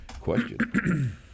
question